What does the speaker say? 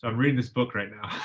and reading this book right now.